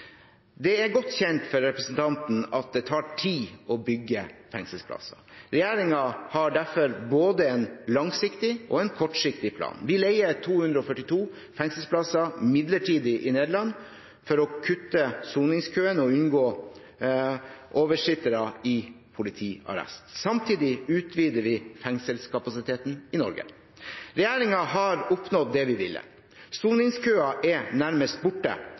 Det er godt kjent for representanten at det tar tid å bygge fengselsplasser. Regjeringen har derfor både en langsiktig og en kortsiktig plan. Vi leier 242 fengselsplasser midlertidig i Nederland for å kutte soningskøen og unngå oversittere i politiarrest. Samtidig utvider vi fengselskapasiteten i Norge. Regjeringen har oppnådd det den ville. Soningskøen er nærmest borte,